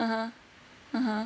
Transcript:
(uh huh) (uh huh)